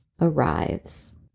arrives